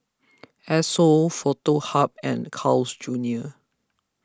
Esso Foto Hub and Carl's Junior